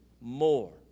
More